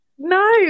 No